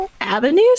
avenues